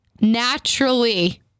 naturally